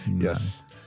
Yes